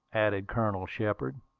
added colonel shepard.